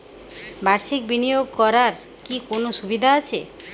বাষির্ক বিনিয়োগ করার কি কোনো সুবিধা আছে?